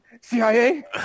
CIA